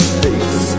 face